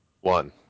One